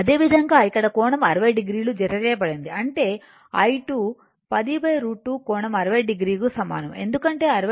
అదే విధంగా ఇక్కడ కోణం 60 o జతచేయబడింది అంటే i2 10 √ 2 కోణం 60 oకు సమానం ఎందుకంటే 60 o ఉంది